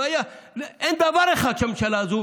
לא היה, אין דבר אחד שהממשלה הזו